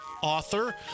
author